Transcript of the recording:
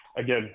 again